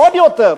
ועוד יותר,